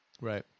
right